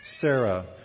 Sarah